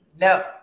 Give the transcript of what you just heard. No